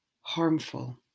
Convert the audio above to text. harmful